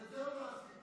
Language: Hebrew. גם את זה עוד לא עשיתם.